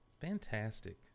Fantastic